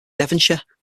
devonshire